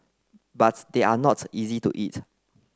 but they are not easy to eat